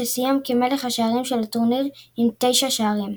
שסיים כמלך השערים של הטורניר עם 9 שערים.